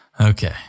Okay